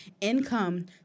income